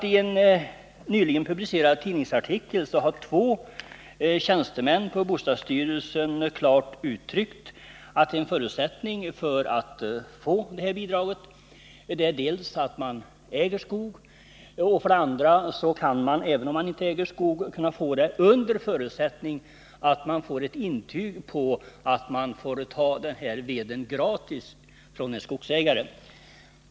I en nyligen publicerad tidningsartikel har nämligen två tjänstemän på botadsstyrelsen klart uttryckt att som förutsättningar för att få detta bidrag skall gälla antingen att man äger skog eller att man, om man inte gör det, har ett intyg på att man får veden gratis från en skogsägare.